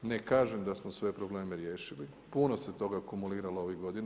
Ne kažem da smo sve probleme riješili, puno se toga kumuliralo ovih godina.